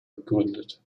gegründet